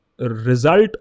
result